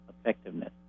effectiveness